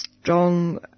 strong